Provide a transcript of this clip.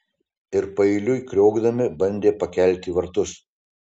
jie paeiliui kriokdami bandė pakelti vartus